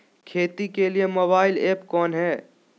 खेती के लिए मोबाइल ऐप कौन है?